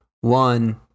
One